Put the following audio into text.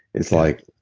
it's like,